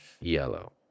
Yellow